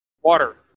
Water